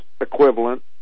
equivalent